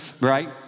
right